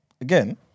again